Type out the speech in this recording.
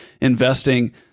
investing